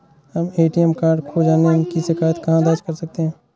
हम ATM card खो जाने की शिकायत कहाँ दर्ज कर सकते हैं?